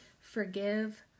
forgive